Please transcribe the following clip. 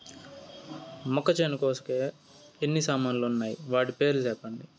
మొక్కచేను కోసేకి ఎన్ని సామాన్లు వున్నాయి? వాటి పేర్లు సెప్పండి?